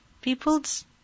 people's